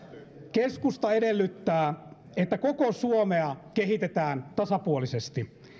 keskusta edellyttää että koko suomea kehitetään tasapuolisesti